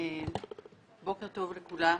בוקר טוב לכולם,